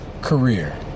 career